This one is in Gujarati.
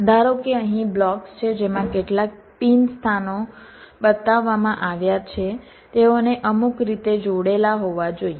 ધારો કે અહીં બ્લોક્સ છે જેમાં કેટલાક પિન સ્થાનો બતાવવામાં આવ્યા છે તેઓને અમુક રીતે જોડેલા હોવા જોઈએ